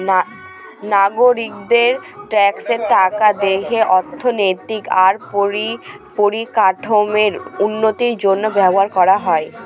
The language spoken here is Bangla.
নাগরিকদের ট্যাক্সের টাকা দেশের অর্থনৈতিক আর পরিকাঠামোর উন্নতির জন্য ব্যবহার করা হয়